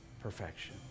perfection